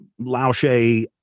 Laoshe